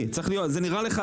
שנמצאות בתוך